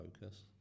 focus